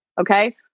okay